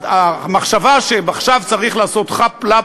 המחשבה שעכשיו צריך לעשות חאפ-לאפ,